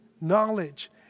knowledge